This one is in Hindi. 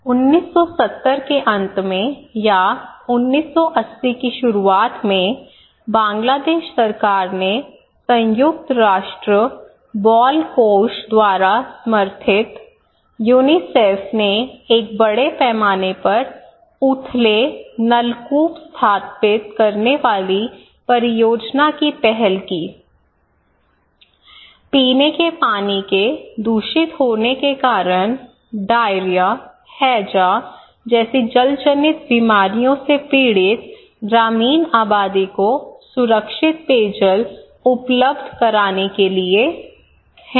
1970 के अंत में या 1980 की शुरुआत में बांग्लादेश सरकार ने संयुक्त राष्ट्र बाल कोष द्वारा समर्थित यूनिसेफ ने एक बड़े पैमाने पर उथले नलकूप स्थापित करने वाली परियोजना की पहल की पीने के पानी के दूषित होने के कारण डायरिया हैजा जैसी जलजनित बीमारियों से पीड़ित ग्रामीण आबादी को सुरक्षित पेयजल उपलब्ध कराने के लिए है